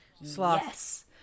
yes